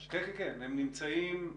כן, הם נמצאים.